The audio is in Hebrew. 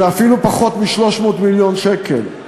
זה אפילו פחות מ-300 מיליון שקל.